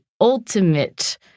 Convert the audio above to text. ultimate